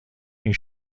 این